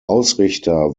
ausrichter